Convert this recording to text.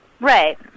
Right